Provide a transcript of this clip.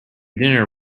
dinner